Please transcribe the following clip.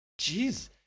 Jeez